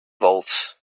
volts